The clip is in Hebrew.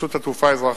רשות התעופה האזרחית,